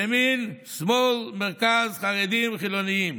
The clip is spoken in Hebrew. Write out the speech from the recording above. ימין, שמאל, מרכז, חרדים, חילונים,